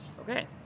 Okay